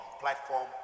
platform